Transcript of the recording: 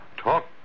talk